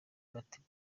batega